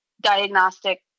diagnostic